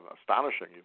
astonishing